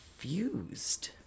confused